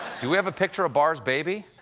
do we have a picture of barr's baby?